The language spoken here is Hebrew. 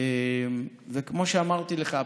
וכמו שאמרתי לך,